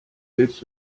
willst